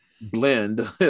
blend